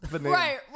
Right